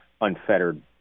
unfettered